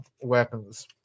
weapons